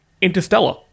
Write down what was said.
Interstellar